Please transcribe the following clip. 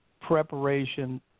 preparation